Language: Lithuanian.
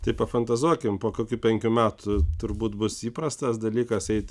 taip pafantazuokim po kokių penkių metų turbūt bus įprastas dalykas eit